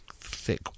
thick